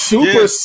Super